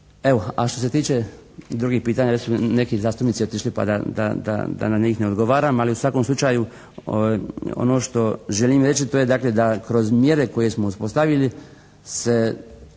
a što se tiče drugih pitanja već su me neki zastupnici otišli pa da na njih ne odgovaram. Ali u svakom slučaju ono što želim reći to je dakle da kroz mjere koje smo uspostavili se